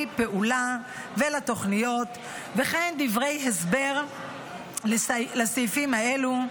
פעולה ותוכניות וכן דברי הסבר לסעיפים אלה".